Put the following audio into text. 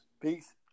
peace